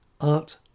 Art